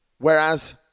whereas